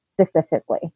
specifically